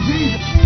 Jesus